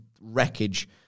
wreckage